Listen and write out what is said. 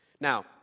Now